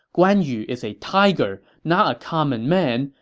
guan yu is a tiger, not a common man.